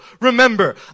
remember